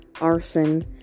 Arson